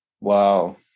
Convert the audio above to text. Wow